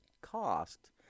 cost